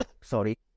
Sorry